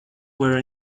were